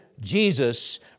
Jesus